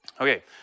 Okay